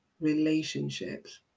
relationships